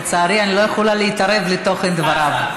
לצערי, אני לא יכולה להתערב בתוכן דבריו.